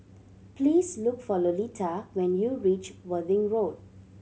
please look for Lolita when you reach Worthing Road